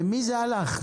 למי זה הלך?